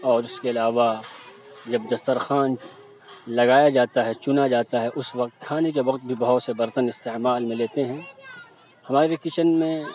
اور اِس کے علاوہ جب دسترخوان لگایا جاتا ہے چُنا جاتا ہے اُس وقت کھانے کے وقت بھی بھی بہت سے برتن استعمال میں لیتے ہیں ہماری کچن میں